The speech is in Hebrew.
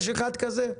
יש אחד כזה?